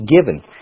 given